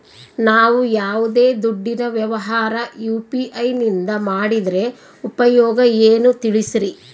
ನಾವು ಯಾವ್ದೇ ದುಡ್ಡಿನ ವ್ಯವಹಾರ ಯು.ಪಿ.ಐ ನಿಂದ ಮಾಡಿದ್ರೆ ಉಪಯೋಗ ಏನು ತಿಳಿಸ್ರಿ?